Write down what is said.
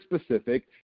specific